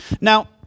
Now